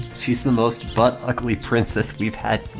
she's the most butt ugly princess we've had